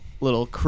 little